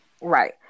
Right